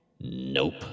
Nope